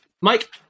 Mike